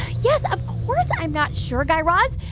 yes, of course i'm not sure, guy raz.